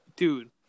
Dude